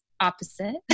opposite